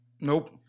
Nope